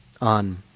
on